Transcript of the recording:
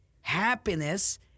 Happiness